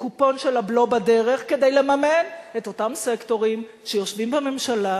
קופון של הבלו בדרך כדי לממן את אותם סקטורים שיושבים בממשלה,